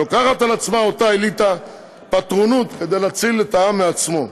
לוקחת על עצמה אותה אליטה פטרונות להציל את העם מעצמו.